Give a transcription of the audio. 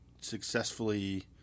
successfully